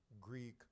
Greek